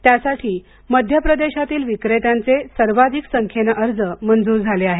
त्या साठी मध्य प्रदेशातील विक्रेत्यांचे सर्वाधिक संख्येनं अर्ज मंजूर झाले आहेत